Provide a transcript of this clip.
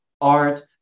Art